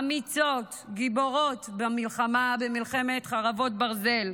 אמיצות, גיבורות, במלחמה, במלחמת חרבות ברזל,